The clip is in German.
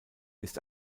ist